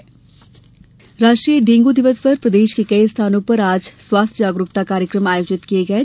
dengue दिवस राष्ट्रीय dengue दिवस पर प्रदेश के कई स्थानों पर आज स्वास्थ्य जागरूकता कार्यकम आयोजित किये गये